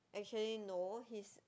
actually no his